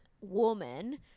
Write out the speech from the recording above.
woman